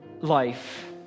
life